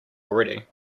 already